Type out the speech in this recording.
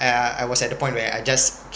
I I I was at the point where I just